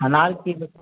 अनार की लेबै